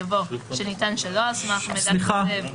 יבוא "שניתן שלא על סמך מידע כוזב שמסר המטופל";" שקט.